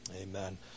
Amen